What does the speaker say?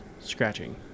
scratching